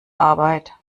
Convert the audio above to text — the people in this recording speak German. arbeit